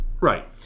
Right